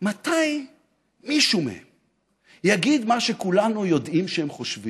מתי מישהו מהם יגיד מה שכולנו יודעים שהם חושבים,